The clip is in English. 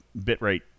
bitrate